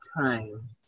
time